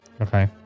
Okay